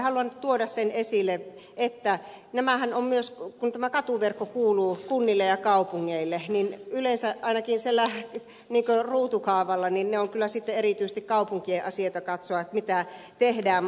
haluan tuoda sen esille että kun katuverkko kuuluu kunnille ja kaupungeille niin yleensä ainakin ruutukaavassa on kyllä erityisesti kaupunkien asia katsoa mitä tehdään